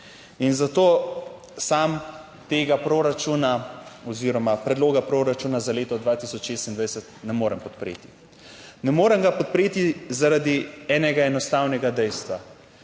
In zato sam tega proračuna oziroma predloga proračuna za leto 2026 ne morem podpreti. Ne morem ga podpreti zaradi enega enostavnega dejstva.